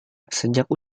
sejak